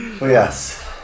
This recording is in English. yes